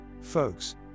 folks